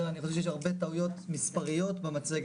אני חושב שיש הרבה טעויות מספריות במצגת,